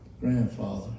grandfather